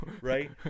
Right